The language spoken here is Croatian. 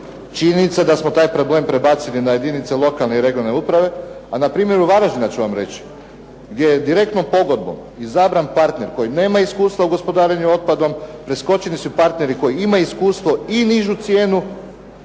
činjenica da smo taj problem prebacili na jedinice lokalne i regionalne uprave. A na primjeru Varaždina ću vam reći gdje je direktnom pogodbom izabran partner koji nema iskustva u gospodarenju otpadom, preskočeni su partneri koji imaju iskustvo i nižu cijenu